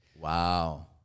Wow